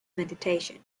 meditation